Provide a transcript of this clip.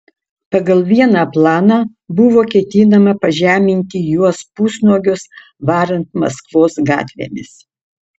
pagal vieną planą buvo ketinama pažeminti juos pusnuogius varant maskvos gatvėmis